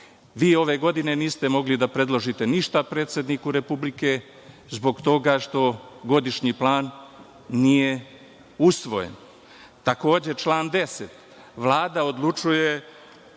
Vi ove godine niste mogli da predložite ništa predsedniku Republike zbog toga što godišnji plan nije usvojen. Takođe, član 10. Vlada odlučuje